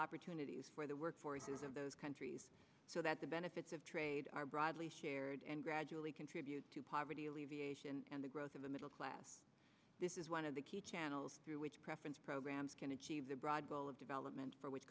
opportunities for the workforce is of those countries so that the benefits of trade are broadly shared and gradually contribute to poverty alleviation and the growth of the middle class this is one of the key channels through which preference programs can achieve the broad goal of development for which